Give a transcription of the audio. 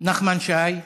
נחמן שי,